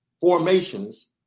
formations